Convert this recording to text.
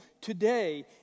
Today